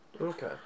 Okay